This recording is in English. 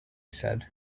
said